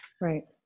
right